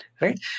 right